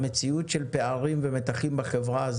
המציאות של פערים ומתחים בחברה,